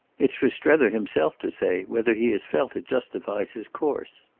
it's for strether himself to say whether he has felt it justifies his course.